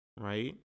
Right